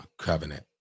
covenant